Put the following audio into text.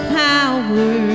power